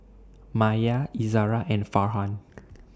Maya Izzara and Farhan